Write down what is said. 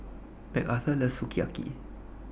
Macarthur loves Sukiyaki